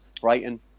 Brighton